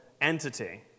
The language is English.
entity